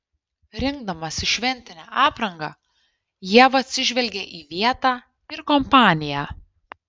rinkdamasi šventinę aprangą ieva atsižvelgia į vietą ir kompaniją